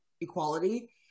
equality